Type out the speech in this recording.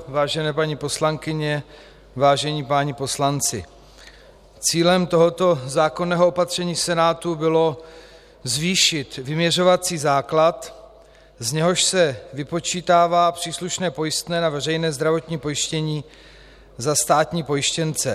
Vážené paní poslankyně, vážení páni poslanci, cílem tohoto zákonného opatření Senátu bylo zvýšit vyměřovací základ, z něhož se vypočítává příslušné pojistné a veřejné zdravotní pojištění za státní pojištěnce.